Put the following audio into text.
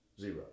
Zero